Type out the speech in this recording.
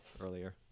earlier